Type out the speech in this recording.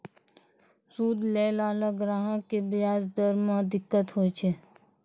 सूद लैय लाला ग्राहक क व्याज दर म दिक्कत होय छै